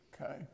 Okay